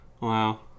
Wow